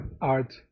art